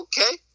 okay